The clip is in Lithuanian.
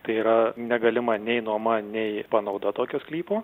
tai yra negalima nei nuoma nei panauda tokio sklypo